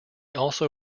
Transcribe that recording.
also